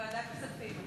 לוועדת הכספים.